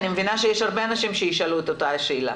אני מבינה שיש הרבה אנשים שישאלו את אותה שאלה.